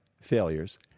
failures